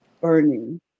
burning